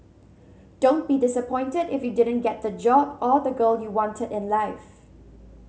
don't be disappointed if you didn't get the job or the girl you wanted in life